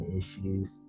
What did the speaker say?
issues